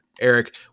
Eric